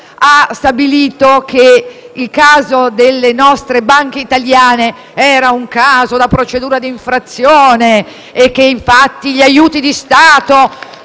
ha stabilito che il caso delle banche italiane era da procedura d'infrazione e che gli aiuti di Stato